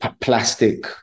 plastic